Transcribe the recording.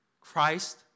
Christ